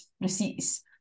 receipts